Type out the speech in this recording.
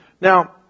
Now